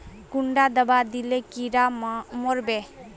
कुंडा दाबा दिले कीड़ा मोर बे?